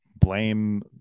blame